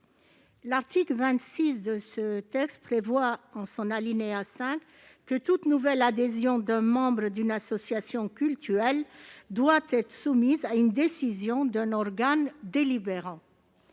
L'article 26 de ce texte prévoit, à son alinéa 5, que toute nouvelle adhésion d'un membre d'une association cultuelle doit être soumise à une décision d'un organe délibérant.